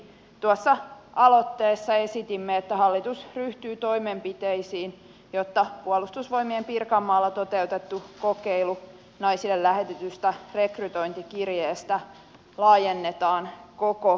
tuossa aloitteessa esitimme että hallitus ryhtyy toimenpiteisiin jotta puolustusvoimien pirkanmaalla toteutettu kokeilu naisille lähetetystä rekrytointikirjeestä laajennetaan koko maahan